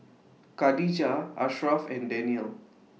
Khadija Ashraff and Daniel